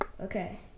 Okay